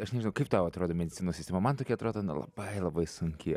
aš nežinau kaip tau atrodo medicinos sistema man tokia atrodo nu labai labai sunki